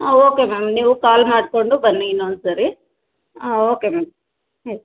ಹಾಂ okay ma'am ನೀವು call ಮಾಡಿಕೊಂಡು ಬನ್ನಿ ಇನ್ನೊಂದು ಸಾರಿ ಹಾಂ ಓಕೆ ಮ್ಯಾಮ್ ಹ್ಞೂ